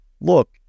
look